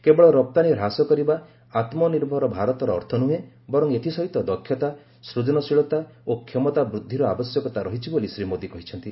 କେବଳ ରପ୍ତାନୀ ହ୍ରାସ କରିବା ଆତ୍ମନିର୍ଭର ଭାରତର ଅର୍ଥ ନୁହେଁ ବର୍ଚ ଏଥିସହିତ ଦକ୍ଷତା ସୂଜନଶୀଳତା ଓ କ୍ଷମତା ବୃଦ୍ଧିର ଆବଶ୍ୟକତା ରହିଛି ବୋଲି ଶ୍ରୀ ମୋଦୀ କହିଛନ୍ତି